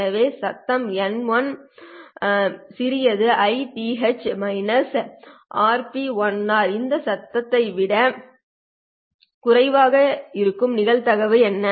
எனவே சத்தம் n1 இந்த சத்தம் இதை விட குறைவாக இருக்கும் நிகழ்தகவு என்ன